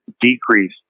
decrease